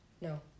No